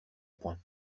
point